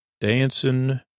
dancing